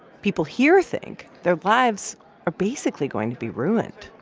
people here think their lives are basically going to be ruined.